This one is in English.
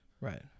Right